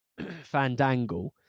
Fandangle